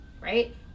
right